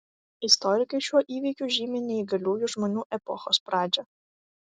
istorikai šiuo įvykiu žymi neįgaliųjų žmonių epochos pradžią